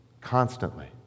constantly